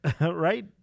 right